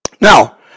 Now